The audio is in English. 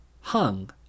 hung